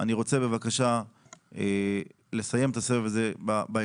אני רוצה בבקשה לסיים את הסבב הזה בהקדם.